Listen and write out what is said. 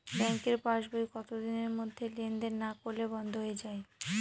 ব্যাঙ্কের পাস বই কত দিনের মধ্যে লেন দেন না করলে বন্ধ হয়ে য়ায়?